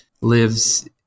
lives